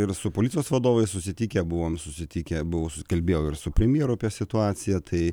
ir su policijos vadovais susitikę buvom susitikę buvau su kalbėjau ir su premjeru apie situaciją tai